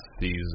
season